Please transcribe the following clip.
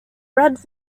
bread